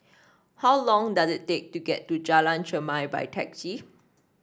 how long does it take to get to Jalan Chermai by taxi